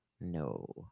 No